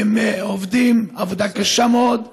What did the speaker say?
והם עובדים עבודה קשה מאוד,